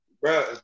bro